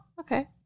okay